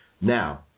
Now